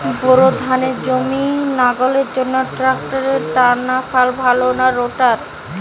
Bore ধানের জমি লাঙ্গলের জন্য ট্রাকটারের টানাফাল ভালো না রোটার?